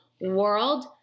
world